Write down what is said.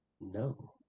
no